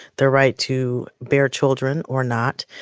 the right to bear children or not,